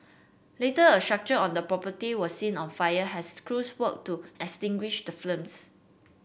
later a structure on the property was seen on fire as crews worked to extinguish the flames